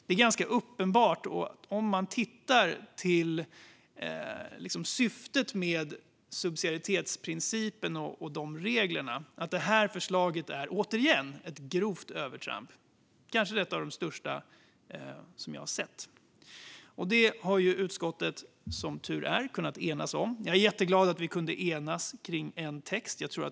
Om man ser till syftet med subsidiaritetsprincipen och de reglerna är det ganska uppenbart att det här förslaget återigen är ett grovt övertramp, kanske ett av de största som jag har sett. Detta har utskottet som tur är kunnat enas om. Jag är jätteglad att vi kunnat enas om en text.